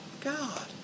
God